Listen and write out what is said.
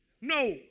No